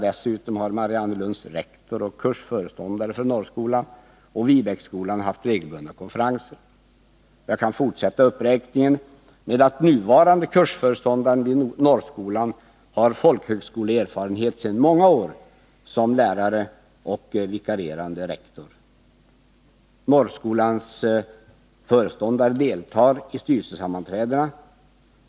Dessutom har Mariannelunds rektor samt kursföreståndare vid Norrskolan och Viebäcksskolan haft regelbundna konferenser. Jag kan fortsätta uppräkningen med att nämna att den nuvarande kursföreståndaren vid Norrskolan har många års folkhögskoleerfarenhet som lärare och vikarierande rektor. Vidare deltar Norrskolans föreståndare i styrelsesammanträdena.